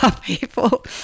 people